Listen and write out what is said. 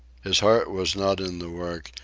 his heart was not in the work,